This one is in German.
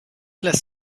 lässt